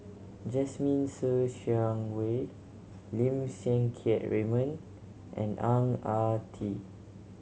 Jasmine Ser Xiang Wei Lim Siang Keat Raymond and Ang Ah Tee